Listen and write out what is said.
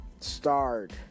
start